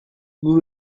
nous